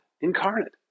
incarnate